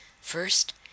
First